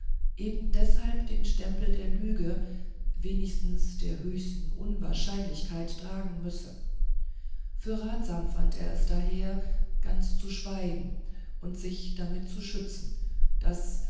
eben deshalb den stempel der lüge wenigstens der höchsten unwahrscheinlichkeit tragen müsse für ratsam fand er es daher ganz zu schweigen und sich damit zu schützen daß